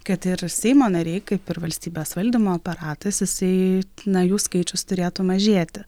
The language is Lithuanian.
kad ir seimo nariai kaip ir valstybės valdymo aparatas jisai na jų skaičius turėtų mažėti